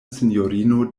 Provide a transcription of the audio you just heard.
sinjorino